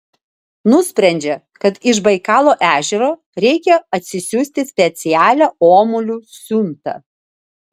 nusprendžia kad iš baikalo ežero reikia atsisiųsti specialią omulių siuntą